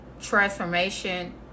transformation